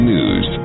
News